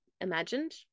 imagined